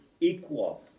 equal